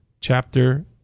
chapter